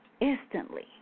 instantly